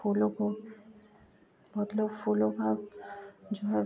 फूलों को बहुत लोग फूलों का जो है